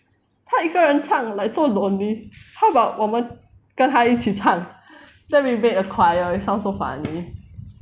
他一个人唱 like so lonely how about 我们跟她一起唱 then we made a choir it sound so funny